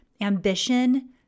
ambition